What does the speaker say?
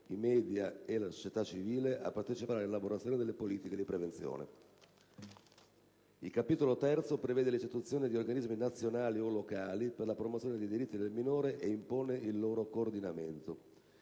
i media e la società civile a partecipare all'elaborazione delle politiche di prevenzione. Il Capitolo III prevede l'istituzione di organismi nazionali o locali per la promozione dei diritti del minore ed impone il loro coordinamento.